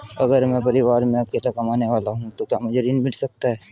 अगर मैं परिवार में अकेला कमाने वाला हूँ तो क्या मुझे ऋण मिल सकता है?